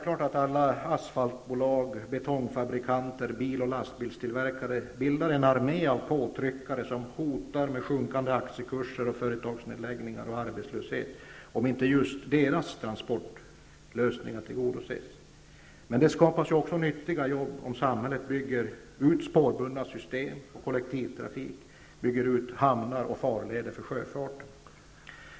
Alla asfaltbolag, betongfabrikanter, bil och lastbilstillverkare bildar naturligtvis en armé av påtryckare som hotar med sjunkande aktiekurser, företagsnedläggningar och arbetslöshet, om inte just deras transportlösningar godkänns. Men det skapas också nyttiga jobb om samhället bygger ut spårbundna system och kollektivtrafik, hamnar och farleder för sjöfarten.